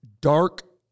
dark